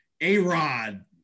A-Rod